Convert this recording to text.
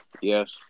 yes